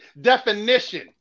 definition